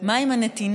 מה עם הנתינה?